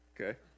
Okay